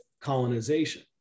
colonization